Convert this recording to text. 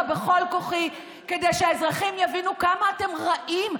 בכל כוחי כדי שהאזרחים יבינו כמה אתם רעים.